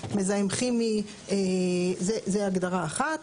מזהם כימי - זה הגדרה אחת.